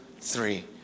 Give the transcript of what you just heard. three